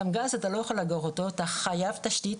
אתה חייב תשתית,